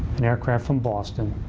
an aircraft from boston,